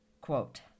quote